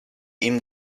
ihm